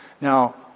Now